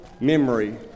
memory